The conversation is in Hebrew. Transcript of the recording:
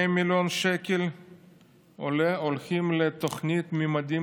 100 מיליון שקל הולכים לתוכנית ממדים